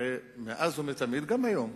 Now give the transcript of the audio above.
מאז ומתמיד, וגם היום,